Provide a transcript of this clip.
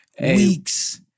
Weeks